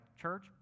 church